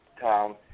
town